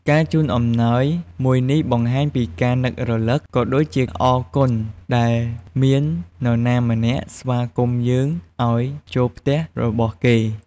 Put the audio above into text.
ការជូនអំណោយមួយនេះបង្ហាញពីការនឹករឭក ក៏ដូចជាអរគុណដែលមាននរណាម្នាក់ស្វាគមន៍យើងឱ្យចូលផ្ទះរបស់គេ។